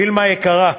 וילמה יקרה,